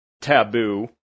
taboo